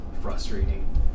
frustrating